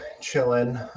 chilling